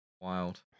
Wild